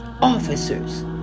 Officers